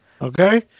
Okay